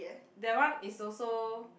that one is also